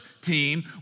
team